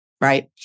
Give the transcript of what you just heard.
right